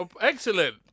excellent